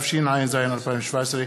התשע"ז 2017,